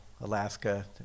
Alaska